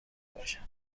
باشم